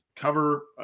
cover